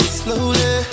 slowly